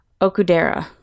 Okudera